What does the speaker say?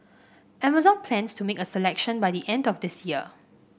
Amazon plans to make a selection by the end of this year